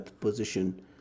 position